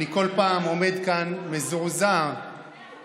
אני כל פעם עומד כאן מזועזע מהשנאה,